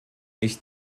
ich